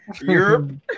Europe